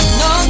no